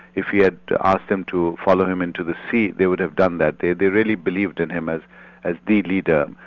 if he had asked them to follow him into the sea, they would have done that. they they really believed and him as as the leader.